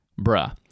bruh